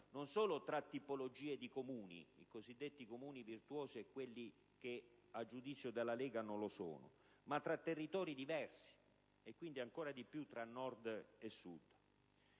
non solo tra tipologie di Comuni (i cosiddetti Comuni virtuosi e quelli che, a giudizio della Lega Nord, non lo sono), ma tra territori diversi e quindi ancora di più tra Nord e Sud.